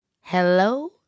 Hello